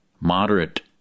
moderate